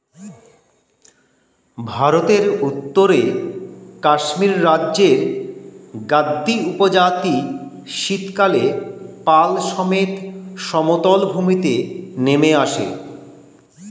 ভারতের উত্তরে কাশ্মীর রাজ্যের গাদ্দী উপজাতি শীতকালে পাল সমেত সমতল ভূমিতে নেমে আসে